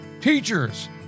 Teachers